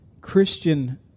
Christian